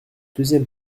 deuxième